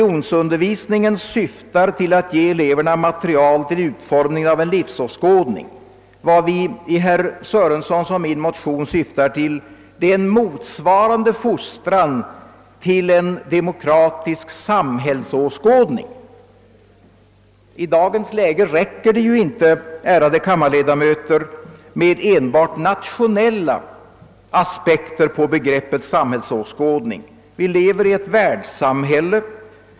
och jag syftar till i våra motioner är en motsvarande fostran till en demokratisk samhällsåskådning. I dagens läge räcker det inte, ärade kammarledamöter, med enbart nationella aspekter på begreppet samhällsåskådning. Vi lever i ett världssamhälle.